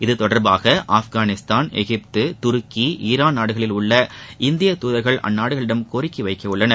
இது தொடர்பாக ஆப்கானிஸ்தான் எகிப்து துருக்கி ஈரான் நாடுகளில் உள்ள இந்திய தூதர்கள் அந்நாடுகளிடம் கோரிக்கை வைக்க உள்ளனர்